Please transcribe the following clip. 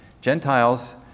Gentiles